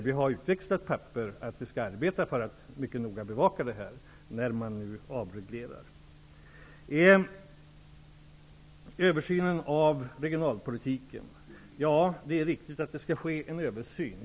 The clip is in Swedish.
Vi har utväxlat papper om att vi skall bevaka detta mycket noga när man nu avreglerar. Det är riktigt att det skall ske en översyn av regionalpolitiken.